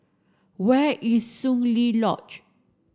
where is Soon Lee lodge